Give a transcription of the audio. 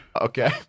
Okay